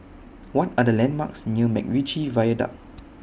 What Are The landmarks near Macritchie Viaduct